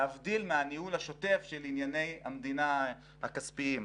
להבדיל מהניהול השוטף של ענייני המדינה הכספיים.